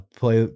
play